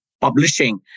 publishing